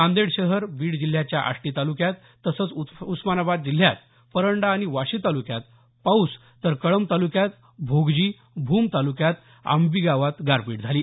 नांदेड शहर बीड जिल्ह्याच्या आष्टी तालुक्यात तसंच उस्मानाबाद जिल्ह्यात परंडा आणि वाशी तालुक्यात पाऊस तर कळंब तालुक्यात भोगजी भूम तालुक्यात आंबी भागात गारपीट झाली